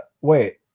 wait